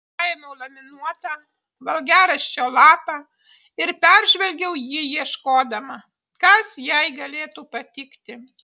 paėmiau laminuotą valgiaraščio lapą ir peržvelgiau jį ieškodama kas jai galėtų patikti